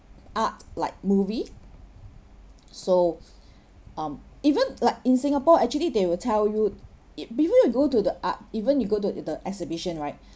art like movie so um even like in singapore actually they will tell you it before you go to the art even you go to the exhibition right